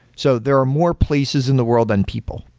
so there are more places in the world than people.